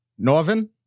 Norvin